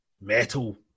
Metal